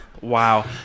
Wow